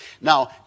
Now